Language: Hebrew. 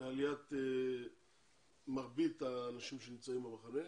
לעליית מרבית האנשים שנמצאים במחנה,